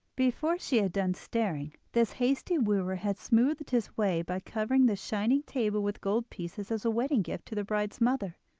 before she had done staring, this hasty wooer had smoothed his way by covering the shining table with gold pieces as a wedding gift to the bride's mother,